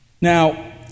Now